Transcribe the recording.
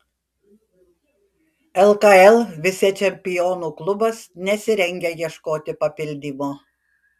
lkl vicečempionų klubas nesirengia ieškoti papildymo